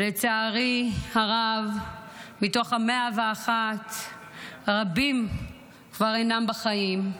ולצערי הרב מתוך ה-101 רבים כבר אינם בחיים.